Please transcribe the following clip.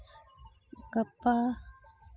ᱜᱟᱯᱟ